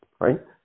right